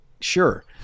Sure